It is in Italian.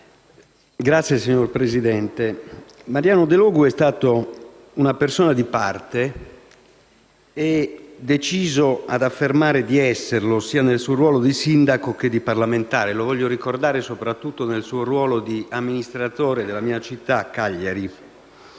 *(PD)*. Signor Presidente, Mariano Delogu è stato una persona di parte, deciso ad affermare di esserlo sia nel suo ruolo di sindaco che di parlamentare. Lo voglio ricordare soprattutto nel suo ruolo di amministratore della mia città, Cagliari.